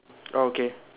orh okay